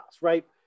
right